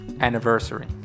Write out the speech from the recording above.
anniversary